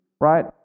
right